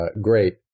great